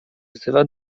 wzywa